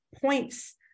points